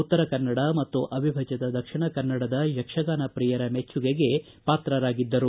ಉತ್ತರ ಕನ್ನಡ ಮತ್ತು ಅವಿಭಜತ ದಕ್ಷಿಣ ಕನ್ನಡದ ಯಕ್ಷಗಾನ ಪ್ರಿಯರ ಮೆಚ್ಚುಗೆಗೆ ಪಾತ್ರರಾಗಿದ್ದರು